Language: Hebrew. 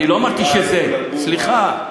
אני לא אמרתי שזה, סליחה,